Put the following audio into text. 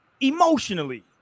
emotionally